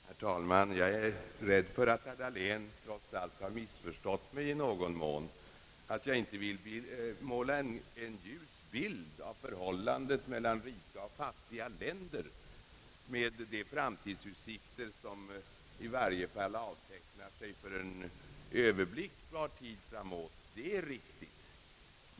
Herr talman! Jag är rädd för att herr Dahlén trots allt har missförstått mig i någon mån. Det är riktigt att jag inte vill måla en ljus bild av förhållandet mellan rika och fattiga länder med de framtidsutsikter som i varje fall avtecknar sig för en öÖöverblickbar tid.